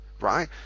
right